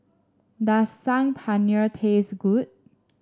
does Saag Paneer taste good